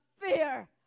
fear